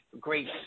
great